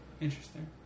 Interesting